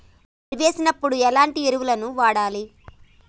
వరి వేసినప్పుడు ఎలాంటి ఎరువులను వాడాలి?